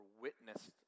witnessed